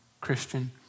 Christian